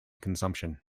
consumption